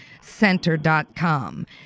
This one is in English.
center.com